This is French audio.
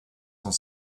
cent